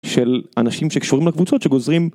של אנשים שקשורים לקבוצות שגוזרים